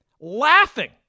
laughing